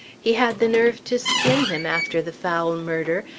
he had the nerve to skin him after the foul murder,